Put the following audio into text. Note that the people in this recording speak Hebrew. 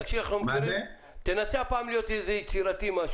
תנסה להיות יצירתי.